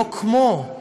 לא "כמו",